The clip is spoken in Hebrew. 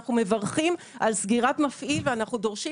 אנחנו מברכים על סגירת מפעיל ואנחנו דורשים